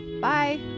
Bye